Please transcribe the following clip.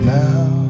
now